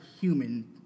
human